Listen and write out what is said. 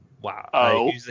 wow